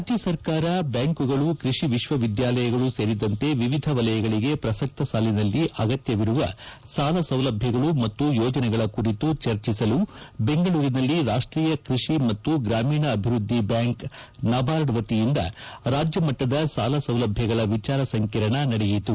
ರಾಜ್ಯ ಸರ್ಕಾರ ಬ್ಯಾಂಕುಗಳು ಕೃಷಿ ವಿಶ್ವವಿದ್ಯಾಲಯಗಳು ಸೇರಿದಂತೆ ವಿವಿಧ ವಲಯಗಳಿಗೆ ಪ್ರಸತ್ತ ಸಾಲಿನಲ್ಲಿ ಅಗತ್ತವಿರುವ ಸಾಲ ಸೌಲಭ್ಯಗಳು ಮತ್ತು ಯೋಜನೆಗಳ ಕುರಿತು ಚರ್ಚಿಸಲು ಬೆಂಗಳೂರಿನಲ್ಲಿ ರಾಷ್ಟೀಯ ಕೃಷಿ ಮತ್ತು ಗ್ರಾಮೀಣ ಅಭಿವೃದ್ಧಿ ಬ್ಯಾಂಕ್ ನಬಾರ್ಡ್ ವತಿಯಿಂದ ರಾಜ್ಯಮಟ್ಟದ ಸಾಲಸೌಲಭ್ಯಗಳ ವಿಜಾರಸಂಕಿರಣ ನಡೆಯಿತು